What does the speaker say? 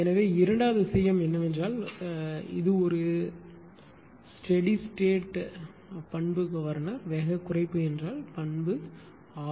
எனவே இரண்டாவது விஷயம் என்னவென்றால் இது ஒரு ஸ்டேடி ஸ்டாட் பண்பு கவர்னர் வேக குறைப்பு என்றால் பண்பு ஆர்